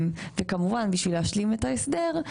וכמובן בשביל להשלים את ההסדר,